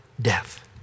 death